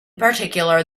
particular